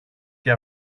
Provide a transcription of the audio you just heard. και